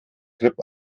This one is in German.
grip